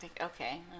okay